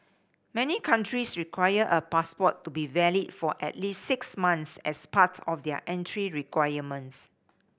many countries require a passport to be valid for at least six months as part of their entry requirements